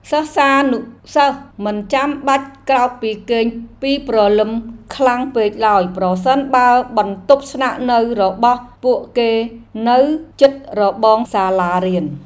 សិស្សានុសិស្សមិនចាំបាច់ក្រោកពីគេងពីព្រលឹមខ្លាំងពេកឡើយប្រសិនបើបន្ទប់ស្នាក់នៅរបស់ពួកគេនៅជិតរបងសាលារៀន។